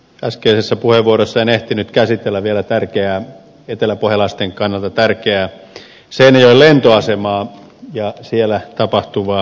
äskeisessä puheenvuorossani en ehtinyt käsitellä vielä tärkeää eteläpohjalaisten kannalta tärkeää seinäjoen lentoasemaa ja siellä tapahtuvaa lentoliikenteen loppumista